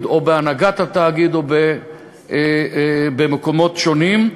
או בהנהגת התאגיד או במקומות שונים.